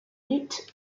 knut